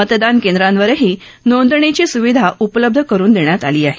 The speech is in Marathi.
मतदान केंद्रांवरही नोंदणीची सुविधा उपलब्ध करून देण्यात आलेली आहे